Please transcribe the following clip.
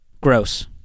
Gross